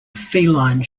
feline